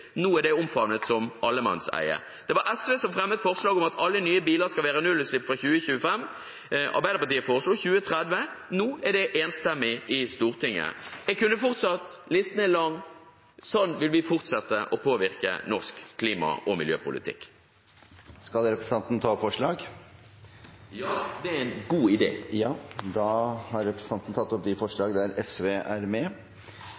Nå er det omfavnet som allemannseie. Det var SV som fremmet forslag om at alle nye biler skulle ha nullutslipp fra 2025, Arbeiderpartiet foreslo fra 2030. Nå er det enstemmig i Stortinget. Jeg kunne fortsatt, listen er lang. Sånn vil vi fortsette å påvirke norsk klima- og miljøpolitikk. Jeg tar opp de forslagene SV har fremmet alene og sammen med Miljøpartiet De Grønne i saken. Representanten Heikki Eidsvoll Holmås har tatt opp de